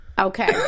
Okay